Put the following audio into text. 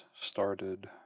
started